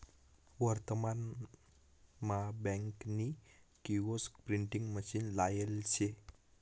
वर्तमान मा बँक नी किओस्क प्रिंटिंग मशीन लायेल शे